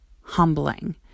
humbling